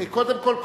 קודם כול,